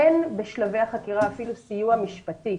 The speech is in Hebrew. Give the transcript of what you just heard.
אין בשלבי החקירה אפילו סיוע משפטי,